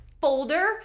folder